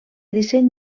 disseny